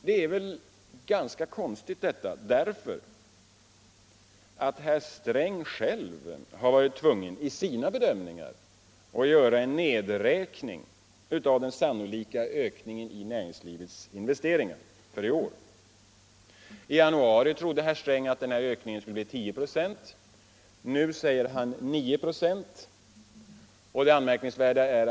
Detta är märkvärdigt med tanke på att herr Sträng själv varit tvungen att i sina bedömningar göra en nedräkning av den sannolika ökningen i näringslivets investeringar för i år. I januari trodde herr Sträng att ökningen i industriinvesteringarna skulle bli 10 96. Nu säger han 9 96.